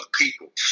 people